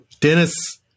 Dennis